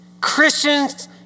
Christians